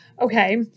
okay